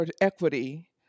equity